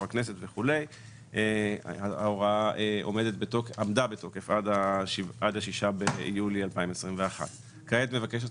הכנסת ההוראה עמדה בתוקף עד ה-6 ביולי 2021. כעת מבקשת